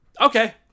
Okay